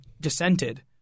dissented